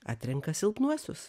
atrenka silpnuosius